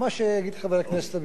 מה שיגיד חבר הכנסת עמיר.